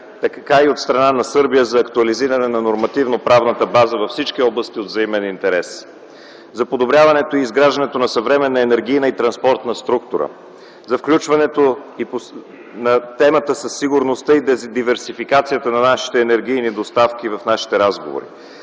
и от страна на Сърбия за актуализиране на нормативно-правната база във всички области от взаимен интерес – за подобряването и изграждането на съвременна енергийна и транспортна структура, за включването на темата за сигурността и диверсификацията на енергийните доставки в нашите разговори,